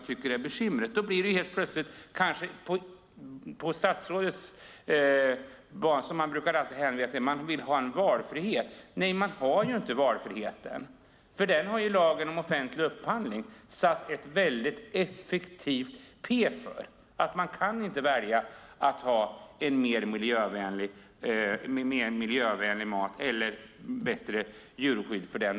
Det är bekymret. Statsrådet brukar alltid hänvisa till valfriheten. Nej, man har inte valfriheten. Den har lagen om offentlig upphandling satt effektivt p för. Det går inte att välja mat producerad på ett miljövänligt sätt eller som omfattas av bättre djurskydd.